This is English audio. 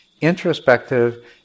Introspective